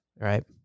right